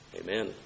Amen